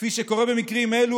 כפי שקורה במקרים אלו,